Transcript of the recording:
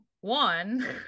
One